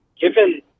given